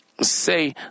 say